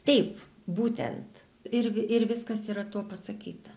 taip būtent ir vi ir viskas yra tuo pasakyta